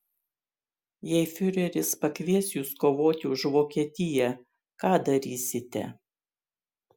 jei fiureris pakvies jus kovoti už vokietiją ką darysite